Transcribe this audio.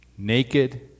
Naked